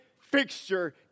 fixture